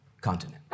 continent